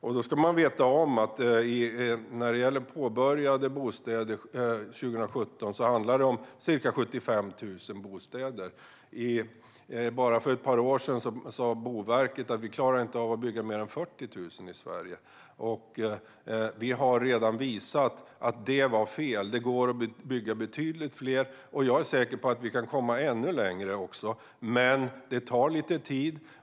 Man ska veta att det handlar om ca 75 000 påbörjade bostäder 2017. För bara ett par år sedan sa Boverket att Sverige inte klarar av att bygga mer än 40 000. Vi har redan visat att det var fel. Det går att bygga betydligt fler. Jag är säker på att vi kan komma ännu längre. Men det tar lite tid.